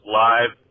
live